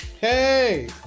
Hey